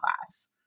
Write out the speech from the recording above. class